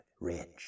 Rich